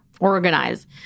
organize